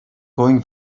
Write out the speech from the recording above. going